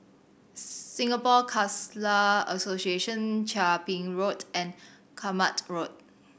Singapore Khalsa Association Chia Ping Road and Kramat Road